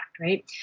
right